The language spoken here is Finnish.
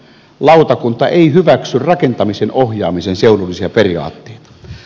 lautakunta ei hyväksy rakentamisen ohjaamisen seudullisia periaatteita